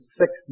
six